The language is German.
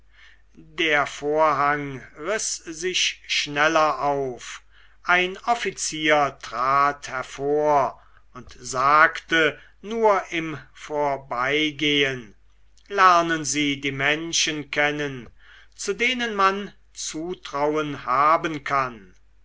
der vorhang riß sich schneller auf ein offizier trat hervor und sagte nur im vorbeigehen lernen sie die menschen kennen zu denen man zutrauen haben kann